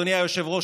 אדוני היושב-ראש,